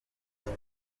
food